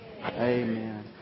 Amen